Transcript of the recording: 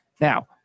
Now